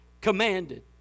commanded